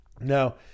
Now